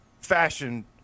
fashion